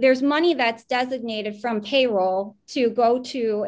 there's money that's designated from k roll to go to an